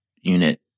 unit